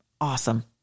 awesome